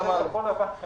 אמרו את זה במפורש פה.